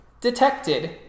detected